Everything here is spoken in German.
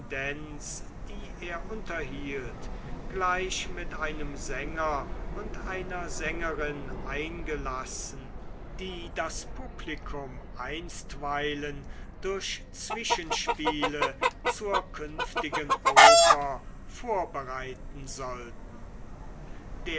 korrespondenz die er unterhielt gleich mit einem sänger und einer sängerin eingelassen die das publikum einstweilen durch zwischenspiele zur künftigen oper vorbereiten sollten